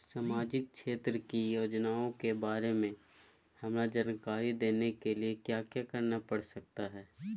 सामाजिक क्षेत्र की योजनाओं के बारे में हमरा जानकारी देने के लिए क्या क्या करना पड़ सकता है?